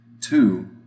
Two